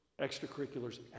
extracurriculars